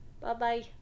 Bye-bye